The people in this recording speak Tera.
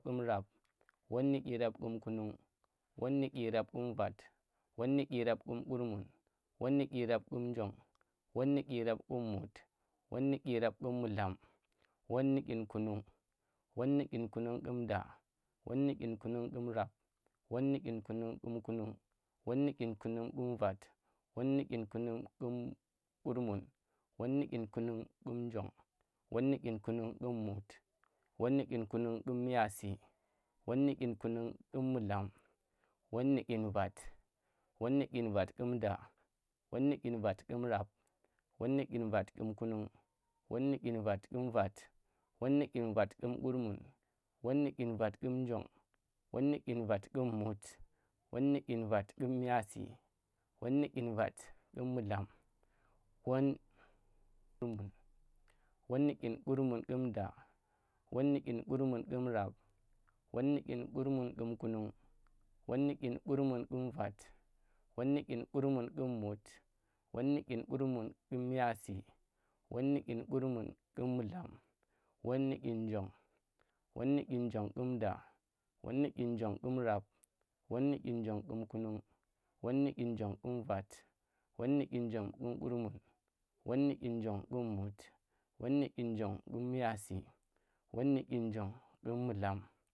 Ƙumrab, won nu dyirab ƙumkunung, won nu dyirab kum vat, won nu dirab ƙum kumun, won nu dyirab ƙum njong, won nu dyirab ƙum mut, won nu dyirab ƙum mullam, won nu dyin kunung, won nu dyinkunung ƙum da, won nu dyinkunung ƙum rap, won nu dyin kunung ƙum ƙunung, won nu dyinkunung ƙum vat, won nu dyin kunung ƙum kurmun, won nu dyinkunung ƙum njong, won nu dyinkunung kum mut, won nu dyinkunung ƙum miyasi, won nu dyinkunung ƙum mullam, won nu dyinvat. won nu dyinvat kum da, won nu dyinvat kun rap, won nu dyinvat ƙum kunung, won nu dyinvat kum vat, won nu dyinvat ƙum kurmun, won nu dyinvat ƙum njong, won nu dyinvat ƙum mut, won nu dyinvat ƙum miyasi, won nu dyinvat ƙum mullam, won nu won nu dyin kurmun ƙum da, won nu dyin kurmun ƙum rab, won nu dyin kurmun ƙum kunung, won nu dyin kurmun kum vat, won nu dyin kurmun kum mut, won ndu dyin kurmun ƙum miyasi, won nu dyin kurmun ƙum mullam, won nu dyin njong, won ndu dyinjong ƙum da, won nu dyin jong ƙum rab, won ndu dyin njong kum kunung, won nu dyin njong ƙum vat, won nu dyin njong kum kurmun, won ndu dyin njong ƙum mut, won nu dyin njong ƙum miyasi, won nu dyin njong ƙum mullam